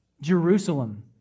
Jerusalem